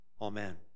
Amen